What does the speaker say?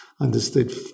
understood